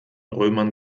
römern